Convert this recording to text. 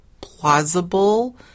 plausible